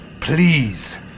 please